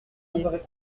payé